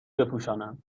بپوشانم